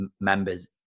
members